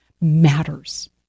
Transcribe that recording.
matters